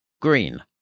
green